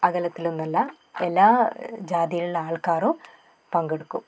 അകലത്തിലൊന്നല്ല എല്ലാ ജാതിയിലുള്ള ആൾക്കാരും പങ്കെടുക്കും